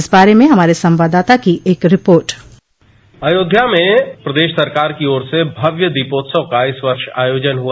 इस बारे में हमारे संवाददाता की एक रिपोर्ट अयोध्या में प्रदेश सरकार की ओर से भव्य दीपोत्सव का इस वर्ष का आयोजन हुआ